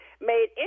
made